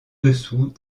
dessous